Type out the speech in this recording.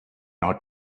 not